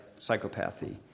psychopathy